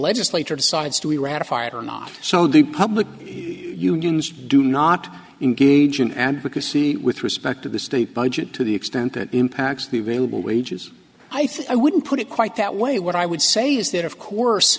legislature decides to ratify it or not so do public unions do not engage in advocacy with respect to the state budget to the extent that impacts the available wages i think i wouldn't put it quite that way what i would say is that of course